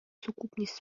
сукупність